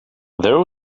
there